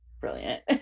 brilliant